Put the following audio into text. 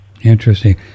Interesting